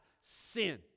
sin